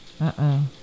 uh-oh